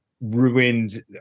ruined